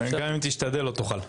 גם אם תשתדל, לא תוכל.